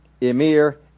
Emir